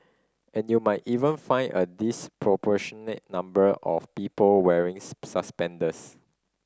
and you might even find a disproportionate number of people wearings suspenders